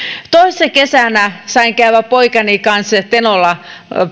toissa kesänä sain käydä poikani kanssa tenolla